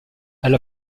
elle